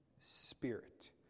spirit